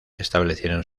establecieron